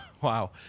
wow